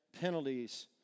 penalties